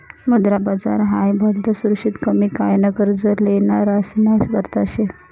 मुद्रा बाजार हाई भलतं सुरक्षित कमी काय न कर्ज लेनारासना करता शे